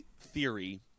theory –